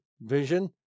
vision